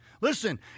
Listen